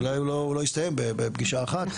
אולי הוא לא הוא לא יסתיים בפגישה אחת.